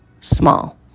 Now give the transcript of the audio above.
small